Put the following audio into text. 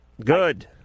Good